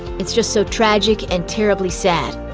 it's just so tragic and terribly sad.